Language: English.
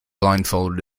blindfold